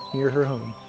near her home.